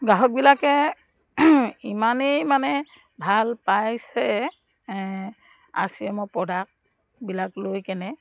গ্ৰাহকবিলাকে ইমানেই মানে ভাল পাইছে আৰ চি এমৰ প্ৰডাক্টবিলাক লৈ কেনে